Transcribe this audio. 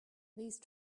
these